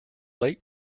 late